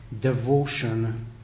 devotion